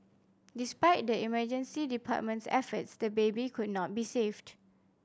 despite the emergency department's efforts the baby could not be saved